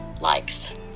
likes